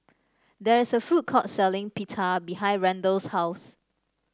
there is a food court selling Pita behind Randal's house